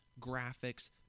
graphics